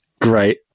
Great